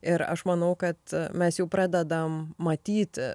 ir aš manau kad mes jau pradedam matyt